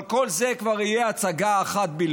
אבל כל זה כבר יהיה הצגה בלבד.